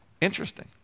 Interesting